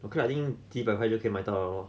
okay lah I mean 几百块就可以买到 liao lor